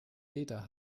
jeder